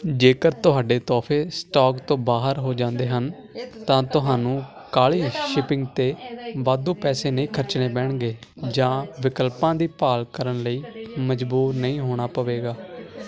ਜੇਕਰ ਤੁਹਾਡੇ ਤੋਹਫ਼ੇ ਸਟਾਕ ਤੋਂ ਬਾਹਰ ਹੋ ਜਾਂਦੇ ਹਨ ਤਾਂ ਤੁਹਾਨੂੰ ਕਾਹਲੀ ਸ਼ਿਪਿੰਗ 'ਤੇ ਵਾਧੂ ਪੈਸੇ ਨਹੀਂ ਖ਼ਰਚਣੇ ਪੈਣਗੇ ਜਾਂ ਵਿਕਲਪਾਂ ਦੀ ਭਾਲ ਕਰਨ ਲਈ ਮਜ਼ਬੂਰ ਨਹੀਂ ਹੋਣਾ ਪਵੇਗਾ